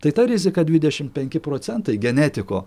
tai ta rizika dvidešimt penki procentai genetiko